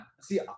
See